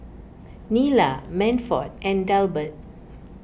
Nila Manford and Delbert